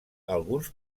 alguns